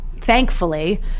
thankfully